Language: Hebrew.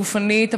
גופנית,